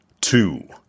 two